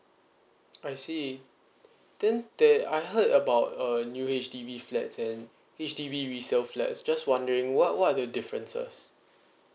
I see then there I heard about a new H_D_B flats and H_D_B resale flat just wondering what what are the differences